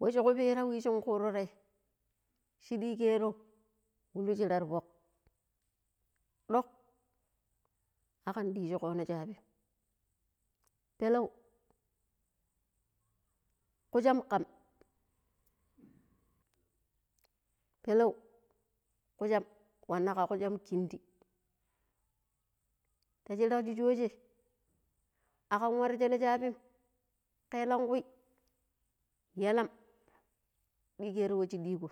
﻿washi kupira wishin kuro ta ye shi ɗigaro wa lu shira ti fuk duk akan ɗiiji kono shabim, pelau kusham kam pelau kusham wanna ka kusham kindi ti shira shi sooje aƙan warru shele shabim keelankui yallam digaro wa shi digo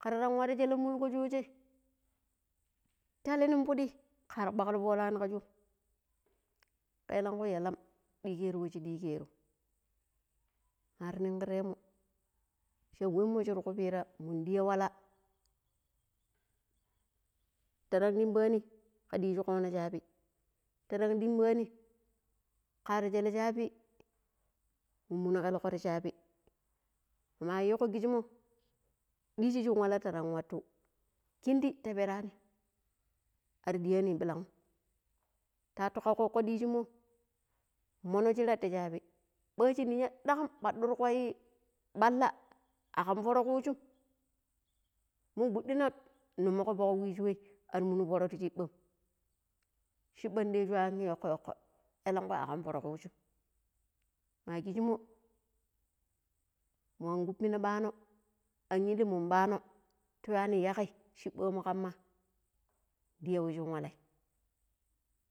karran walli shelle miligo shi sooje talli ni pidid kar kwalaui forani ka shoom elanky yallam ɗigaro wa shi ɗigero kar nigiremu sha wai mo shir kupira mun ɗia walla taran rimbani ka ɗijji koni shabi taran rinbani ka haru shelle shabi muni kelgo ti shelle shabi mama yigo kishimo dijji shin walla tarran wattu kindigi taperani ar ɗiani ɓillam ta atu ka koko ɗijinmo mono shirra ti shabi ɓaji ninya ɗagam ƙwaɗurgo ɓalla akkam foro ku shum mu guduna numugo fuk wishu wai ar munu foro ti shibba shibba ɗigashu an yaoukoyaouko elanku a kam foro kusum ma kushimo mun kupina bano an illi mun ɓano ti yuwani yaƙai shiɓamu kanma ɗia wai shin wallai